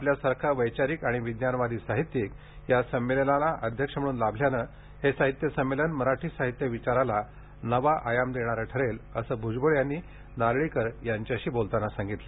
आपल्यासारखा वैचारिक आणि विज्ञानवादी साहित्यिक या संमेलनाला अध्यक्ष म्हणून लाभल्याने हे साहित्य संमेलन मराठी साहित्य विचाराला नवा आयाम देणारे ठरेल असं भुजबळ यांनी नारळीकर यांच्याशी बोलताना सांगितलं